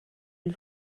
lui